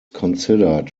considered